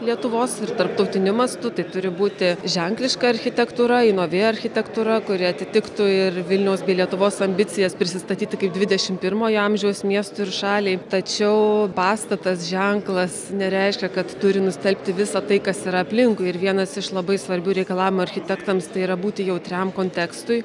lietuvos ir tarptautiniu mastu tai turi būti ženkliška architektūra nuo vėjo architektūra kuri atitiktų ir vilniaus bei lietuvos ambicijas prisistatyti kaip dvidešimt pirmojo amžiaus miestui ir šaliai tačiau pastatas ženklas nereiškia kad turi nustelbti visą tai kas yra aplinkui ir vienas iš labai svarbių reikalavimų architektams tai yra būti jautriam kontekstui